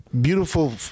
beautiful